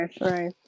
right